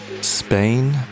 Spain